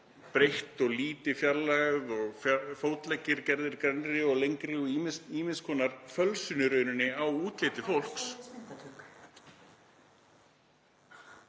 breytt; lýti fjarlægð og fótleggir gerðir grennri og lengri og ýmiss konar fölsun er í raun á útliti fólks.